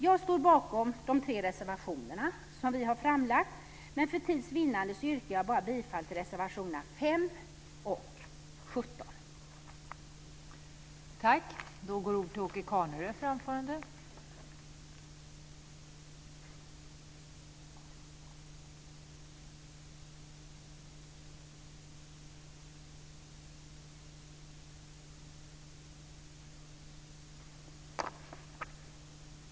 Jag står bakom de tre reservationer som vi har framlagt, men för tids vinnande yrkar jag bifall bara till reservationerna 5 och 17.